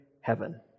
heaven